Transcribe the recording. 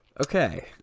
Okay